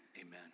amen